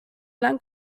lang